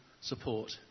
support